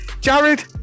Jared